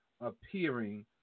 appearing